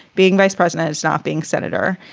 being vice president is not being senator.